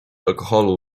alkoholu